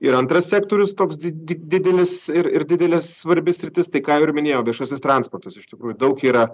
ir antras sektorius toks di didelis ir ir didelė svarbi sritis tai ką ir jau minėjau viešasis transportas iš tikrųjų daug yra